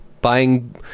Buying